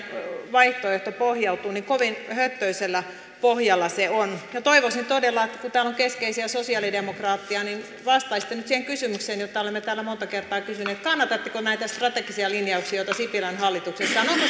vaihtoehtonne pohjautuu niin kovin höttöisellä pohjalla se on minä toivoisin todella kun täällä on keskeisiä sosialidemokraatteja että vastaisitte nyt siihen kysymykseen jonka olemme täällä monta kertaa kysyneet kannatatteko näitä strategisia linjauksia joita sipilän hallituksessa on onko siellä jotain